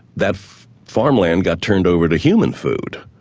that farmland got turned over to human food,